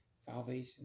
salvation